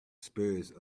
spur